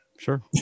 Sure